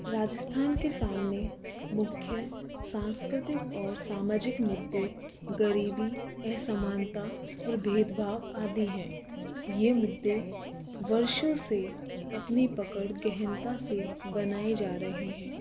राजस्थान के सामने मुख्य सांस्कृतिक और सामाजिक मुद्दे गरीबी असमानता और भेदभाव आदि हैं यह मुद्दे वर्षों से अपनी पकड़ गहनता से बनाए जा रहे हैं